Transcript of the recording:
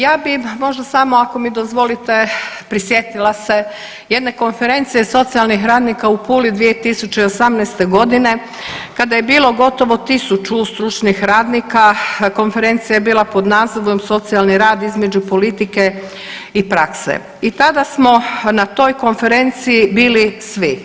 Ja bi možda samo ako mi dozvolite prisjetila se jedne konferencije socijalnih radnika u Puli 2018. godine kada je bilo gotovo 1000 stručnih radnika, konferencija je bila pod nazivom „socijalni rad između politike i prakse“ i tada smo na toj konferenciji bili svi.